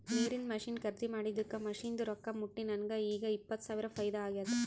ನೀರಿಂದ್ ಮಷಿನ್ ಖರ್ದಿ ಮಾಡಿದ್ದುಕ್ ಮಷಿನ್ದು ರೊಕ್ಕಾ ಮುಟ್ಟಿ ನನಗ ಈಗ್ ಇಪ್ಪತ್ ಸಾವಿರ ಫೈದಾ ಆಗ್ಯಾದ್